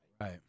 Right